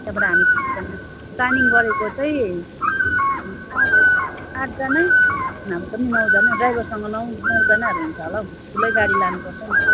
त्यहाँबाट हामी प्लानिङ गरेको चाहिँ आठ आठजना नभए पनि नौजना ड्राइभरसँग नौ नौजनाहरू हुन्छ होला हौ ठुलै गाडी लानुपर्छ नि